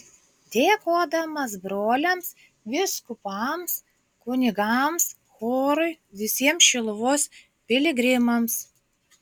dėkodamas broliams vyskupams kunigams chorui visiems šiluvos piligrimams